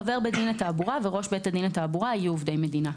חבר בית דין לתעבורה וראש בית דין לתעבורה יהיו עובדי מדינה.